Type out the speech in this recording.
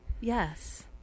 Yes